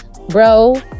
Bro